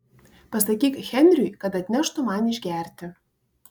pasakyk henriui kad atneštų man išgerti